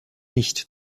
nicht